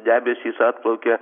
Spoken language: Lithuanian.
debesys atplaukia